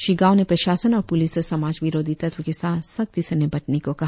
श्री गाव ने प्रशासन और पुलिस से समाज विरोधी तत्व के साथ सख्ती से निपटने को कहा